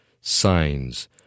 signs